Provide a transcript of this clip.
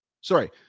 Sorry